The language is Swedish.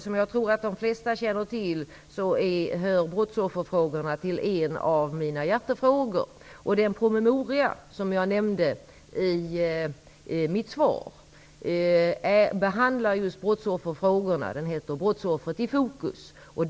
Som jag tror att de flesta känner till hör nämligen brottsofferfrågorna till en av mina hjärtefrågor. Den promemoria som jag nämnde i mitt svar behandlar just brottsofferfrågorna. Den heter Brottsoffret i fokus.